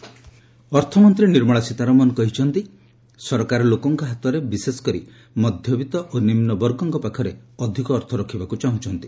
FM briefing ଅର୍ଥମନ୍ତ୍ରୀ ନିର୍ମଳା ସୀତାରମଣ କହିଛନ୍ତି ଯେ ସରକାର ଲୋକଙ୍କ ହାତରେ ବିଶେଷକରି ମଧ୍ୟବିତ୍ତ ଓ ନିମ୍ବର୍ଗଙ୍କ ପାଖରେ ଅଧିକ ଅର୍ଥ ରଖିବାକୁ ଚାହୁଁଛନ୍ତି